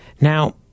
Now